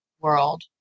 world